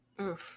Oof